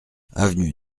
avenue